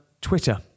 Twitter